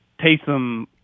Taysom